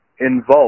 involved